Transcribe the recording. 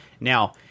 Now